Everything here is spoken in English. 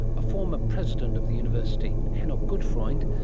a former president of the university, hanoch gutfreund,